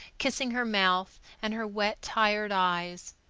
kissing her mouth and her wet, tired eyes.